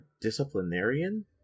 disciplinarian